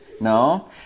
No